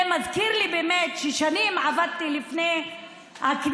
זה מזכיר לי, באמת, ששנים עבדתי, לפני הכנסת,